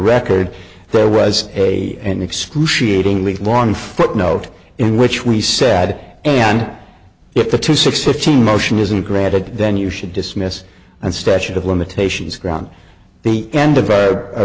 record there was a an excruciating week one footnote in which we said and if the two six fifteen motion isn't granted then you should dismiss and statute of limitations ground the end of a